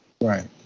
Right